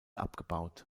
abgebaut